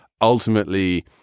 ultimately